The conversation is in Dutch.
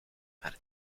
maar